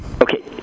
Okay